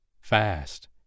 Fast